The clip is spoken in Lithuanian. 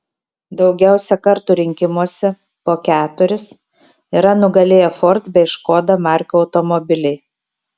daugiausiai kartų rinkimuose po keturis yra nugalėję ford bei škoda markių automobiliai